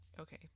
Okay